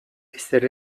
ezer